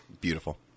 Beautiful